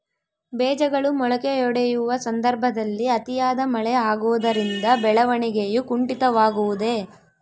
ಬೇಜಗಳು ಮೊಳಕೆಯೊಡೆಯುವ ಸಂದರ್ಭದಲ್ಲಿ ಅತಿಯಾದ ಮಳೆ ಆಗುವುದರಿಂದ ಬೆಳವಣಿಗೆಯು ಕುಂಠಿತವಾಗುವುದೆ?